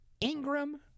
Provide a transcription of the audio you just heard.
Ingram